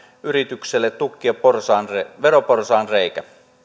yritykselle tukkia veroporsaanreikä veroporsaanreikä